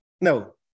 No